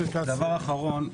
דבר אחרון,